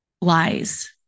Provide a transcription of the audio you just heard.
Lies